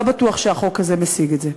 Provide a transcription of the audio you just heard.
לא בטוח שהחוק הזה משיג את זה.